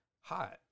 hot